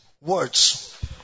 Words